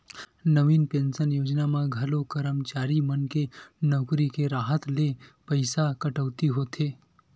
नवीन pension योजना म घलो करमचारी मन के नउकरी के राहत ले पइसा कटउती होथे